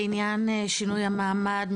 מבחינת שינוי המעמד,